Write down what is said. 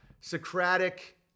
Socratic